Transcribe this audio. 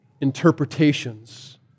interpretations